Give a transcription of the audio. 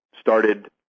started